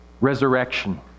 resurrection